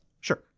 sure